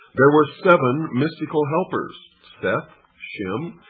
there were seven mystical helpers seth, shem,